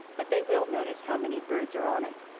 but they will notice how many birds are on it,